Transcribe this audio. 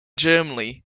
germany